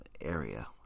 area